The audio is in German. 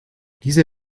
diese